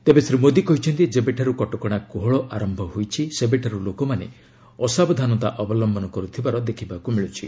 ତେବେ ଶ୍ରୀ ମୋଦୀ କହିଛନ୍ତି ଯେବେଠାରୁ କଟକଣା କୋହଳ ଆରମ୍ଭ ହୋଇଛି ସେବେଠାରୁ ଲୋକମାନେ ଅସାବଧାନତା ଅବଲ୍ୟନ କରୁଥିବାର ଦେଖିବାକୁ ମିଳୁଛି